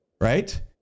right